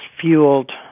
fueled